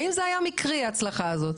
האם ההצלחה הזאת הייתה מקרית?